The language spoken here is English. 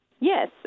Yes